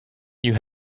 you